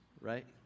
right